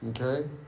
Okay